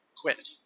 quit